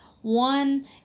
One